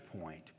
point